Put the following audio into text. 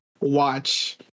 watch